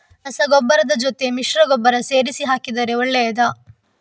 ರಸಗೊಬ್ಬರದ ಜೊತೆ ಮಿಶ್ರ ಗೊಬ್ಬರ ಸೇರಿಸಿ ಹಾಕಿದರೆ ಒಳ್ಳೆಯದಾ?